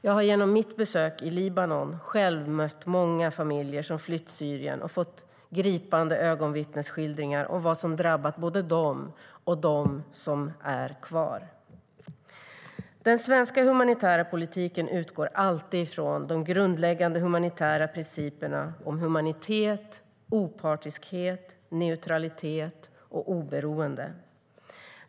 Jag har genom mitt besök i Libanon själv mött många familjer som flytt Syrien, och fått gripande ögonvittnesskildringar om vad som drabbat både dem och dem som är kvar. Den svenska humanitära politiken utgår alltid ifrån de grundläggande humanitära principerna om humanitet, opartiskhet, neutralitet och oberoende.